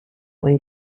when